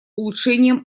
улучшением